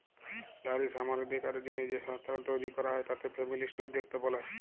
লারী সমালাধিকারের জ্যনহে যে সংস্থাগুলি তৈরি ক্যরা হ্যয় তাতে ফেমিলিস্ট উদ্যক্তা ব্যলে